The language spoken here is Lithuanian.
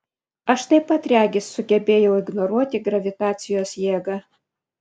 aš taip pat regis sugebėjau ignoruoti gravitacijos jėgą